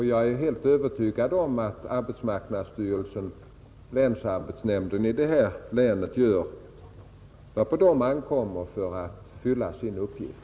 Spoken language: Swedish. Jag är också helt övertygad om att arbetsmarknadsstyrelsen och länsarbetsnämnden i detta län gör vad på dem ankommer för att fullgöra sin uppgift.